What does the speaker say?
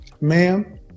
ma'am